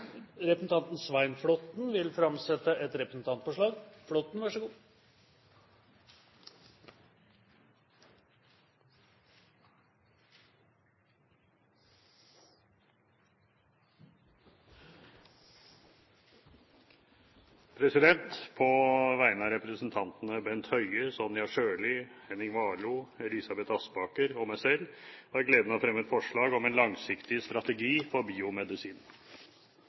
Representanten Svein Flåtten vil framsette et representantforslag. På vegne av representantene Bent Høie, Sonja Irene Sjøli, Henning Warloe, Elisabeth Aspaker og meg selv har jeg gleden av å fremme et forslag om en langsiktig strategi for biomedisin.